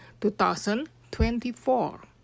2024